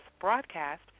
broadcast